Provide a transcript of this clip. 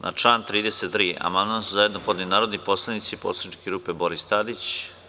Na član 33. amandman su zajedno podneli narodni poslanici poslaničke grupe Boris Tadić.